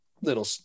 little